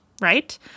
right